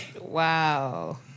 Wow